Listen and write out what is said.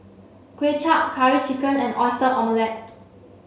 Kuay Chap curry chicken and oyster omelette